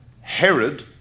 Herod